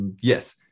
yes